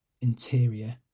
interior